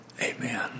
amen